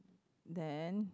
then